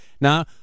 Now